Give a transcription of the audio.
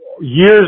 years